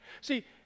See